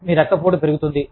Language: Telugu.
మీ రక్తపోటు పెరుగుతుంది